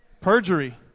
Perjury